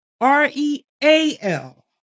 r-e-a-l